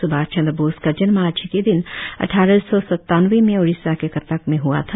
स्भाष चंद्र बोस का जन्म आज ही के दिन अद्वारसौ सत्तानवे में ओडिसा के कटक में हुआ था